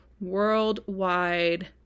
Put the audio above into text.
worldwide